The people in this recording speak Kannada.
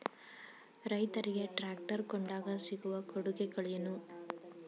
ರೈತರಿಗೆ ಟ್ರಾಕ್ಟರ್ ಕೊಂಡಾಗ ಸಿಗುವ ಕೊಡುಗೆಗಳೇನು?